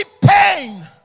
pain